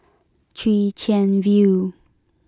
Chwee Chian View